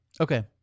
okay